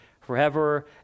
forever